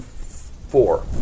Four